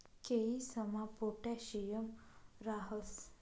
केयीसमा पोटॅशियम राहस